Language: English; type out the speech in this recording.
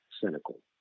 cynical